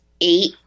eight